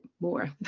more